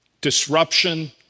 disruption